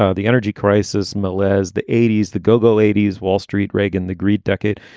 ah the energy crisis malaz the eighty s. the go-go eighty s. wall street. reagan the greed decade.